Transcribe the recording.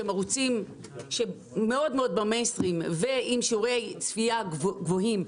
שהם מאוד במיינסטרים עם שיעורי צפייה גבוהים,